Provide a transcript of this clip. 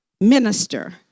minister